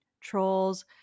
trolls